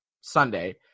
Sunday